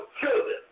children